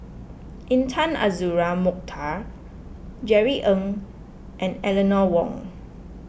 Intan Azura Mokhtar Jerry Ng and Eleanor Wong